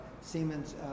Siemens